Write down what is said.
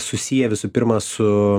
susiję visų pirma su